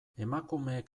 emakumeek